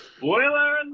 Boiler